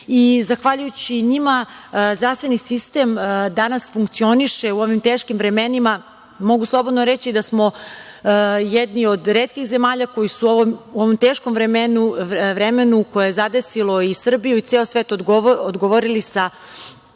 Zahvaljujući njima zdravstveni sistem danas funkcioniše u ovim teškim vremenima. Mogu slobodno reći da smo jedni od retkih zemalja koji su u ovom teškom vremenu, koje je zadesilo i Srbiju i ceo svet, odgovorili sa